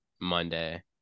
Monday